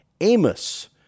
Amos